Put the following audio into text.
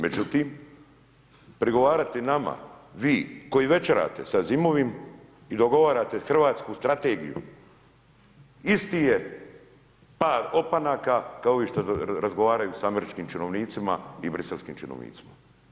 Međutim, prigovarati nama, vi koji večerate sa Asimovim i dogovarate hrvatsku strategiju, isti je par opanaka kao i što razgovaraju sa američkim činovnicima i briselskim činovnicima.